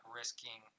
risking